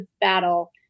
battle